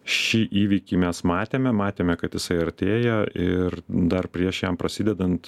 šį įvykį mes matėme matėme kad jisai artėja ir dar prieš jam prasidedant